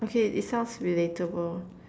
okay it sounds relatable